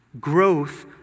Growth